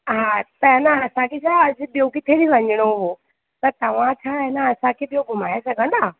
हा त आहे न असांखे छा ॿियो किथे बि वञिणो हो त तव्हां छा आहे न असांखे ॿियो घुमाए सघंदा